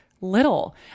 little